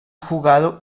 jugado